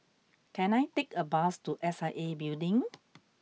can I take a bus to S I A Building